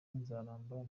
nzaramba